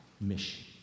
mission